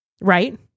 Right